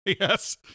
Yes